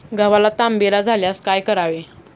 गव्हाला तांबेरा झाल्यास काय करावे?